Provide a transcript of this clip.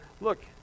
look